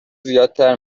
زیادتر